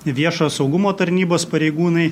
viešojo saugumo tarnybos pareigūnai